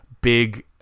big